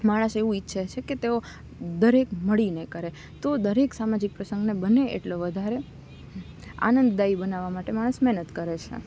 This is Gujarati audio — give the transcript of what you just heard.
માણસ એવું ઈચ્છે છે કે તેઓ દરેક મળીને કરે તો દરેક સામાજિક પ્રસંગને બને એટલો વધારે આનંદદાયી બનાવવા માટે માણસ મહેનત કરે છે